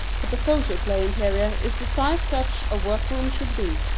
but the photoplay interior is the size such a work-room should be.